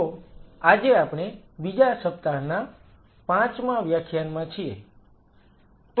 તો આજે આપણે બીજા સપ્તાહના પાંચમાં વ્યાખ્યાનમાં છીએ